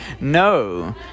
No